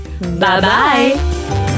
Bye-bye